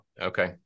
Okay